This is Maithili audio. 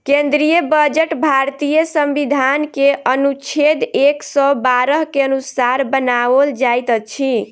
केंद्रीय बजट भारतीय संविधान के अनुच्छेद एक सौ बारह के अनुसार बनाओल जाइत अछि